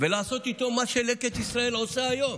ולעשות איתו מה שלקט ישראל עושה היום.